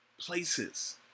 Places